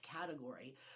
category